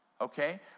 okay